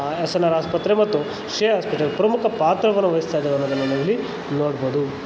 S N R ಆಸ್ಪತ್ರೆ ಮತ್ತು Shreya hospital ಪ್ರಮುಖ ಪಾತ್ರವನ್ನು ವಹಿಸ್ತಾಯಿದ್ದಾರೆ ಅನ್ನೋದನ್ನು ನಾವಿಲ್ಲಿ ನೋಡ್ಬೋದು